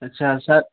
अच्छा सर